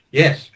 yes